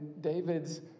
David's